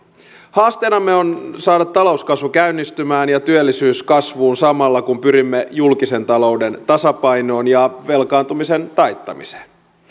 haasteenamme on saada talouskasvu käynnistymään ja työllisyys kasvuun samalla kun pyrimme julkisen talouden tasapainoon ja velkaantumisen taittamiseen